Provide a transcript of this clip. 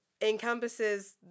encompasses